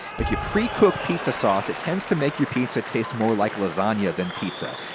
if you pre-cook pizza sauce, it tends to make your pizza taste more like lasagna than pizza,